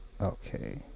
Okay